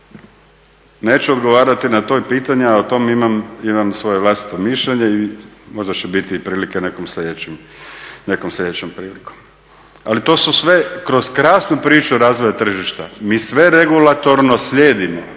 Neću odgovarati na ta pitanja, o tome imam svoje vlastito mišljenje i možda će biti i prilike nekom sljedećom prilikom. Ali to su sve kroz krasnu priču razvoja tržišta. Mi sve regulatorno slijedimo,